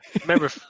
Remember